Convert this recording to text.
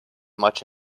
much